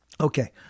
Okay